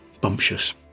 bumptious